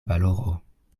valoro